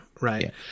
right